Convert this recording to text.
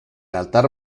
altar